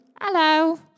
Hello